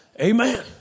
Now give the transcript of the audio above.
Amen